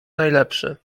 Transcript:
najlepsze